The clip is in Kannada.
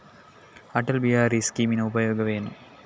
ಅಟಲ್ ಬಿಹಾರಿ ಸ್ಕೀಮಿನ ಉಪಯೋಗವೇನು?